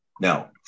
Now